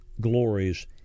glories